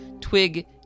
Twig